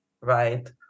right